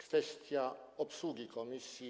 Kwestia obsługi komisji.